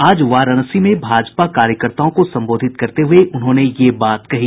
आज वाराणसी में भारतीय जनता पार्टी कार्यकर्ताओं को संबोधित करते हुए उन्होंने ये बात कही